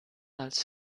als